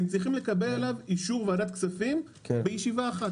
הם צריכים לקבל עליו אישור ועדת כספים בישיבה אחת.